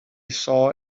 saw